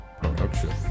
Production